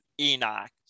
Enoch